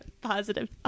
Positive